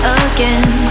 again